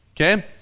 okay